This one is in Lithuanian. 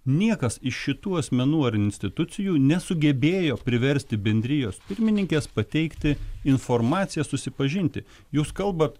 niekas iš šitų asmenų ar institucijų nesugebėjo priversti bendrijos pirmininkės pateikti informaciją susipažinti jus kalbat